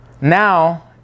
now